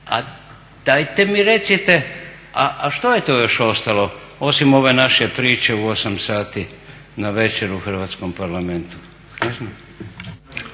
a dajte mi recite a što je to još ostalo osim ove naše priče u 8 sati navečer u Hrvatskom parlamentu?